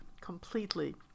completely